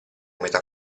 metà